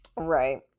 Right